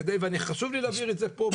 כדי וחשוב לי להבהיר את זה פה,